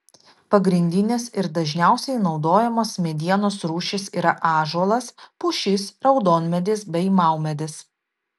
pagrindinės ir dažniausiai naudojamos medienos rūšys yra ąžuolas pušis raudonmedis bei maumedis